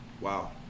Wow